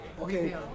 Okay